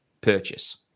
purchase